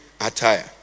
attire